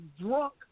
drunk